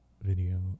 video